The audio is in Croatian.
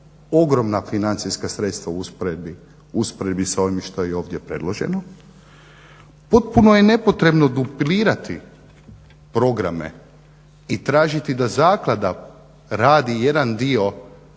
ogromna financijska u usporedbi sa ovim što je i ovdje predloženo. Potpuno je nepotrebno duplirati programe i tražiti da zaklada radi jedan dio